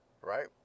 Right